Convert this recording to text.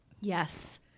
Yes